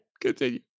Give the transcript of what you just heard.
Continue